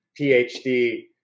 PhD